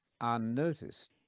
unnoticed